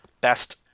Best